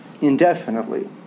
indefinitely